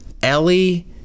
Ellie